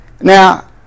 now